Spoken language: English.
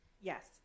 Yes